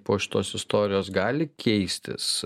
po šitos istorijos gali keistis